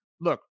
Look